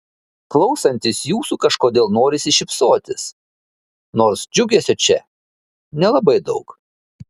klausantis jūsų kažkodėl norisi šypsotis nors džiugesio čia nelabai daug